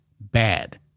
bad